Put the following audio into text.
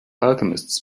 alchemists